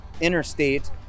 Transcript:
interstate